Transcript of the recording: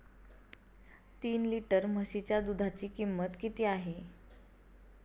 तीन लिटर म्हशीच्या दुधाची किंमत किती आहे?